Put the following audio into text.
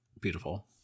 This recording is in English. beautiful